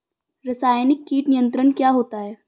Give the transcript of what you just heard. रसायनिक कीट नियंत्रण क्या होता है?